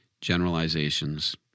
generalizations